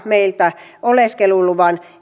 meiltä oleskeluluvan